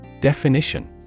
Definition